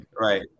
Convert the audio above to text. right